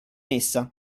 essa